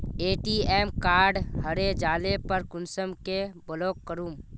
ATM card हरे जाले पर कुंसम के ब्लॉक करूम?